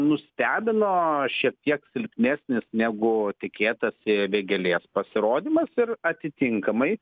nustebino šiek tiek silpnesnis negu tikėtasi vėgėlės pasirodymas ir atitinkamai